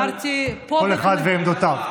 אבל כל אחד ועמדותיו.